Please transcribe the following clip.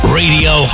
radio